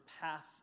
path